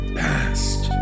past